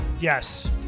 yes